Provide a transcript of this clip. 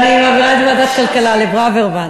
אני מעבירה את זה לוועדת כלכלה, לברוורמן.